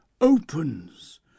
opens